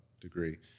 degree